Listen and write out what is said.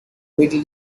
middle